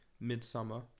midsummer